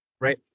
right